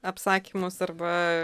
apsakymus arba